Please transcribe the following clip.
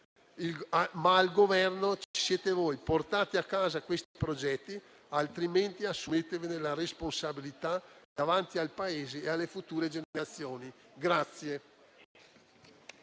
al Governo ci siete voi: portate a casa questi progetti, altrimenti assumetevi la responsabilità davanti al Paese e alle future generazioni.